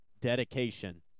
dedication